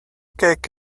cake